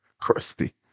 crusty